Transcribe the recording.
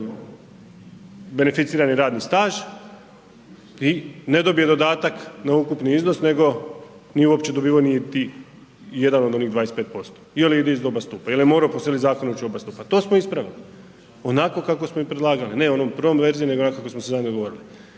beneficirani radni staž i ne dobije dodatak na ukupni iznos nego nije uopće dobivao niti jedan od onih 25% ili ide iz oba stupa jel je morao ići po sili zakona ići u oba stupa. To smo ispravili onako kako smo i predlagali, ne onom prvom verzijom nego onako kako smo se … dogovorili.